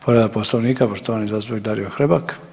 Povreda Poslovnika poštovani zastupnik Dario Hrebak.